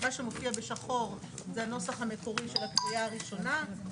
מה שמופיע בשחור זה הנוסח המקורי של הקריאה הראשונה.